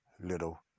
little